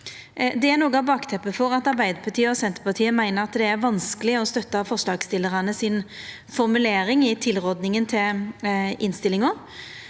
Det er noko av bakteppet for at Arbeidarpartiet og Senterpartiet meiner det er vanskeleg å støtta forslagsstillarane si formulering i tilrådinga til innstillinga.